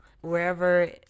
wherever